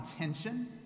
intention